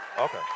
Okay